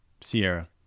Sierra